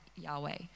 Yahweh